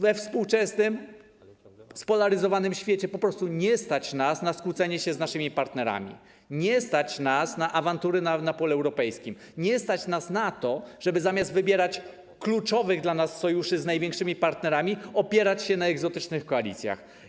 We współczesnym spolaryzowanym świecie po prostu nie stać nas na skłócenie się z naszymi partnerami, nie stać nas na awantury na polu europejskim, nie stać nas na to, żeby zamiast wybierać kluczowe dla nas sojusze z największymi partnerami, opierać się na egzotycznych koalicjach.